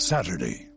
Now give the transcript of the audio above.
Saturday